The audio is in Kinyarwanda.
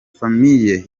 family